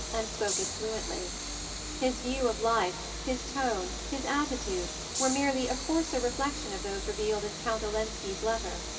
and spoke it fluently his view of life, his tone, his attitude, were merely a coarser reflection of those revealed in count olenski's letter.